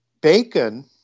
Bacon